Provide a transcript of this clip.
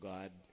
God